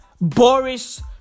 Boris